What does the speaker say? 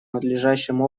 надлежащим